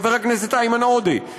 חבר הכנסת איימן עודה,